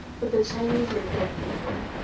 but the chinese were good people.